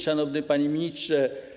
Szanowny Panie Ministrze!